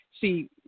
See